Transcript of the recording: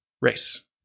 race